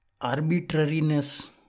arbitrariness